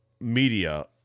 media